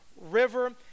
River